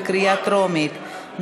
בקריאה טרומית.